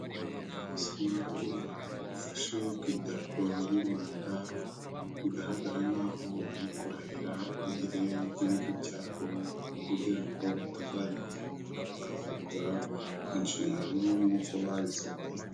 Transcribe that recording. Bisa nk'aho bafashe ku idarapo ry'u Rwanda bigaragara nkaho bari kurahira imbere y'igihugu cyabo kugira ngo batazagitenguha bakazakora inshingano nk'uko babisabye.